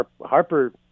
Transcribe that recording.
Harper